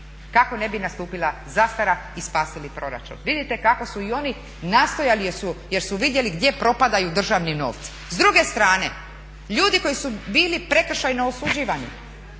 Kako ne bi nastupila zastara i spasili bi proračun. Vidite kako su i oni nastojali, jer su vidjeli gdje propadaju državni novci. S druge strane ljudi koji su bili prekršajno osuđivani